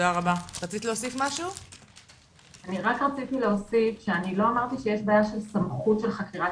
אני לא אמרתי שיש בעיה של סמכות של חקירת